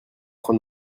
train